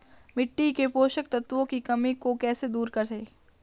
मिट्टी के पोषक तत्वों की कमी को कैसे दूर करें?